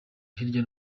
hirya